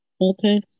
Okay